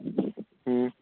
हॅं